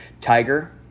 Tiger